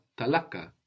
talaka